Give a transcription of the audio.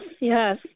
yes